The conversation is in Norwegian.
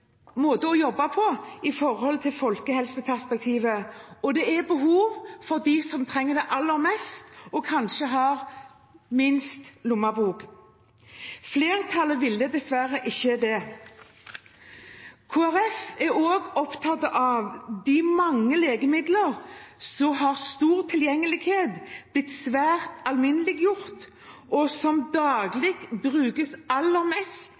behov for dem som trenger det aller mest, og som kanskje har minst lommebok. Flertallet ville dessverre ikke det. Kristelig Folkeparti er også opptatt av de mange legemidler med stor tilgjengelighet, som har blitt svært alminneliggjort, og som daglig brukes aller mest